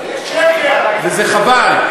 וזה חבל.